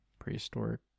Prehistoric